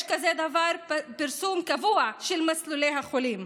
יש כזה דבר פרסום קבוע של מסלולי החולים.